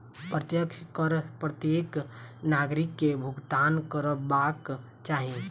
प्रत्यक्ष कर प्रत्येक नागरिक के भुगतान करबाक चाही